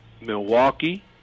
Milwaukee